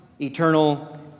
eternal